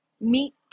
meet